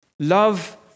Love